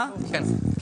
כן.